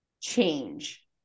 change